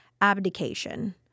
abdication